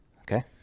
Okay